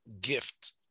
gift